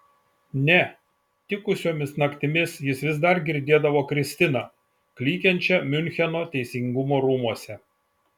ne tikusiomis naktimis jis vis dar girdėdavo kristiną klykiančią miuncheno teisingumo rūmuose